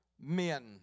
men